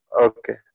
okay